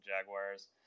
Jaguars